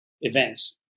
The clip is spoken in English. events